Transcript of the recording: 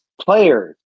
players